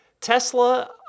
Tesla